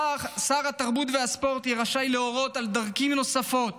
שר התרבות והספורט יהיה רשאי להורות על דרכים נוספות